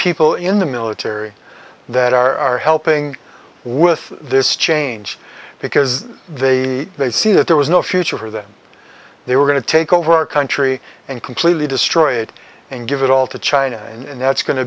people in the military that are helping with this change because they they see that there was no future for them they were going to take over our country and completely destroy it and give it all to china and that's go